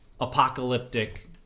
apocalyptic